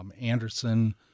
Anderson